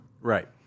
Right